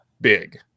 big